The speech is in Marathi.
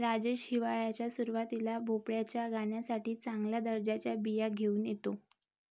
राजेश हिवाळ्याच्या सुरुवातीला भोपळ्याच्या गाण्यासाठी चांगल्या दर्जाच्या बिया घेऊन येतो